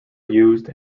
used